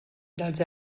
dels